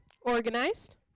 Organized